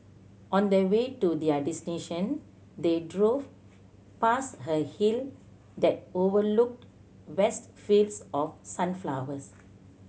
on the way to their destination they drove past a hill that overlooked vast fields of sunflowers